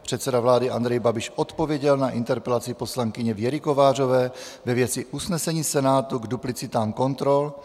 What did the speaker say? Předseda vlády Andrej Babiš odpověděl na interpelaci poslankyně Věry Kovářové ve věci usnesení Senátu k duplicitám kontrol.